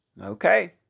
Okay